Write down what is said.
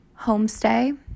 Homestay